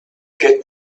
get